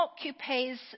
occupies